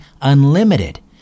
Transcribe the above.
unlimited